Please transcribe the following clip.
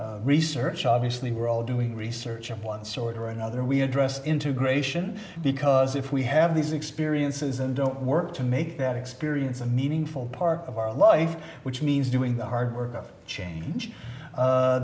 address research obviously we're all doing research of one sort or another we address integration because if we have these experiences and don't work to make that experience a meaningful part of our life which means doing the hard work of change